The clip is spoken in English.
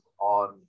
on